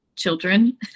children